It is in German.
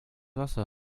wasser